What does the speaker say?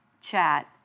chat